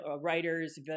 writer's